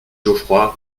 geoffroy